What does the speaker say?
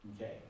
Okay